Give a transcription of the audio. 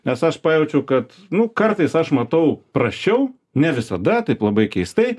nes aš pajaučiau kad nu kartais aš matau prasčiau ne visada taip labai keistai